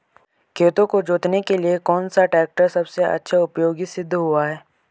खेतों को जोतने के लिए कौन सा टैक्टर सबसे अच्छा उपयोगी सिद्ध हुआ है?